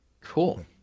cool